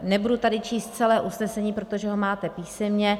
Nebudu tady číst celé usnesení, protože ho máte písemně.